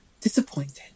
disappointed